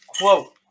Quote